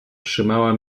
trzymała